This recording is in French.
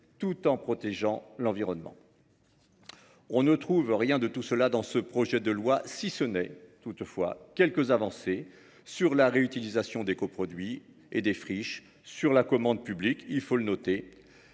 tout en protégeant l’environnement. On ne trouve rien de tout cela dans ce projet de loi, si ce n’est quelques avancées sur la réutilisation des coproduits, les friches ou la commande publique. On y relève